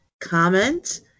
comment